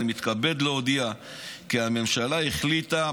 אני מתכבד להודיע כי הממשלה החליטה,